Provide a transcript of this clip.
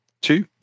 two